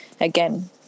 Again